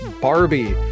Barbie